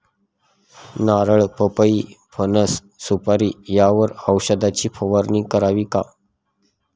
नारळ, पपई, फणस, सुपारी यावर औषधाची फवारणी करावी का?